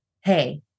hey